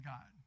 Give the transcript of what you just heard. God